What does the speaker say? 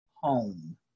home